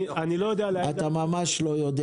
אני לא יודע -- אתה ממש לא יודע.